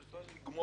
צריך לגמור.